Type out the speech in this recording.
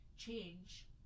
change